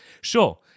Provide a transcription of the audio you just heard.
Sure